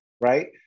right